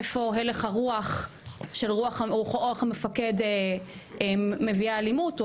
איפה הלך הרוח של המפקד מביאה אלימות,